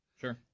sure